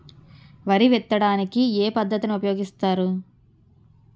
వరి విత్తడానికి ఏ పద్ధతిని ఉపయోగిస్తారు?